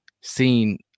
seen